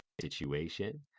situation